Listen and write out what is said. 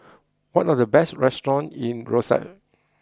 what are the best restaurants in Roseau